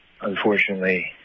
unfortunately